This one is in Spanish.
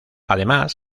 además